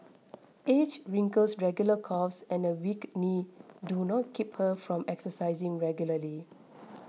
age wrinkles regular coughs and a weak knee do not keep her from exercising regularly